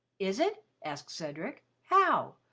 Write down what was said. is it? asked cedric. how?